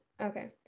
okay